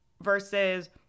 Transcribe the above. Versus